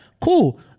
Cool